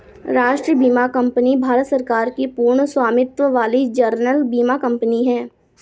राष्ट्रीय बीमा कंपनी भारत सरकार की पूर्ण स्वामित्व वाली जनरल बीमा कंपनी है